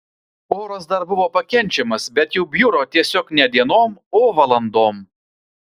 oras dar buvo pakenčiamas bet jau bjuro tiesiog ne dienom o valandom